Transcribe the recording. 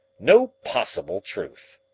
no possible truth!